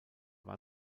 war